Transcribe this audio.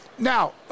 Now